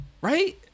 Right